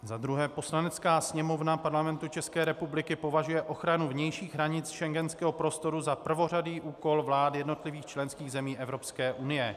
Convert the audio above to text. Za druhé: Poslanecká sněmovna Parlamentu České republiky považuje ochranu vnějších hranic schengenského prostoru za prvořadý úkol vlád jednotlivých členských zemí Evropské unie.